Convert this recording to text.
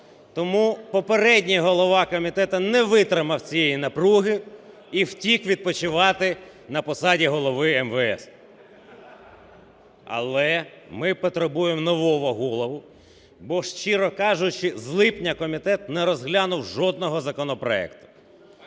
Тому попередній голова комітету не витримав цієї напруги і втік відпочивати на посаді голови МВС. Але ми потребуємо нового голову, бо, щиро кажучи, з липня комітет не розглянув жодного законопроекту.